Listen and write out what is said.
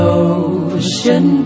ocean